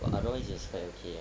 but otherwise it was quite okay